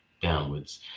downwards